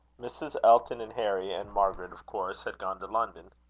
mrs. elton and harry, and margaret, of course, had gone to london.